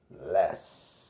less